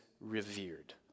revered